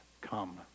come